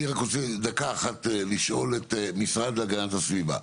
אני רוצה לשאול את המשרד להגנת הסביבה.